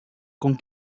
con